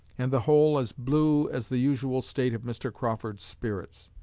and the whole as blue as the usual state of mr. crawford's spirits.